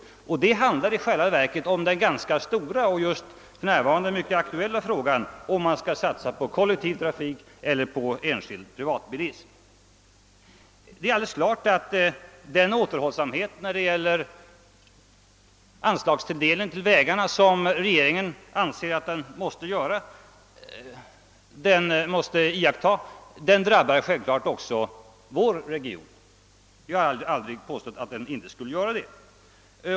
Detta rör i själva verket den ganska stora och för närvarande mycket aktuella frågan om man skall satsa på kollektiv trafik eller på privatbilism. Den återhållsamhet när det gäller anslagstilldelning till vägarna som regeringen anser sig vara tvungen att iaktta drabbar självfallet också vår region. Jag har aldrig påstått att den inte skulle göra det.